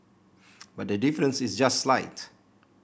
but the difference is just slight